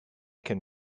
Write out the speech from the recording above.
can